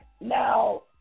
Now